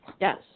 Yes